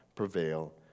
Prevail